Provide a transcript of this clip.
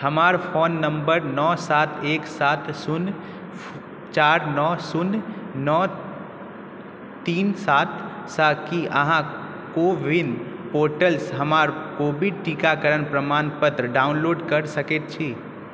हमर phone number नओ सात एक सात शून्य चारि नओ शून्य नओ तीन सातसँ की अहाँ कोविन पोर्टलसँ हमर कोविड टीकाकरण प्रमाणपत्र डाउनलोड कऽ सकै छी